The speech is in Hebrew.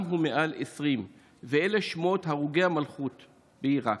הוא מעל 20. ואלה שמות הרוגי המלכות בעיראק: